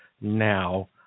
now